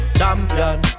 champion